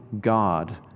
God